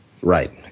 Right